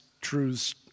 truths